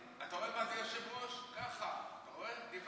חבר הכנסת מלכיאלי, אתה רואה מה זה יושב-ראש?